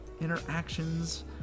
interactions